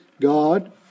God